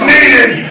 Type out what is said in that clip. Needed